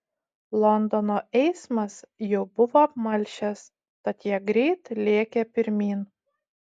londono eismas jau buvo apmalšęs tad jie greit lėkė pirmyn